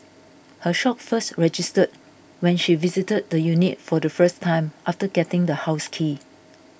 her shock first registered when she visited the unit for the first time after getting the house key